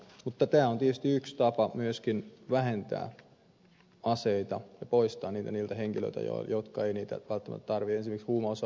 mutta tämä on tietysti yksi tapa myöskin vähentää aseita ja poistaa niitä niiltä henkilöiltä jotka eivät niitä välttämättä tarvitse